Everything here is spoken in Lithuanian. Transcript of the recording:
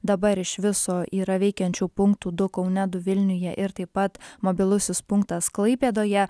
dabar iš viso yra veikiančių punktų du kaune du vilniuje ir taip pat mobilusis punktas klaipėdoje